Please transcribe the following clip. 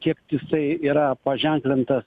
kiek jisai yra paženklintas